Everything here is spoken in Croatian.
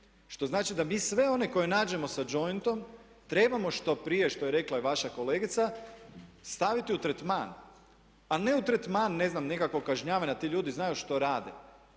Što znači da mi sve one koje nađemo sa jointom trebamo što prije što je rekla i vaša kolegica staviti u tretman, a ne u tretman ne znam nekakvog kažnjavanja, ti ljudi znaju što rade.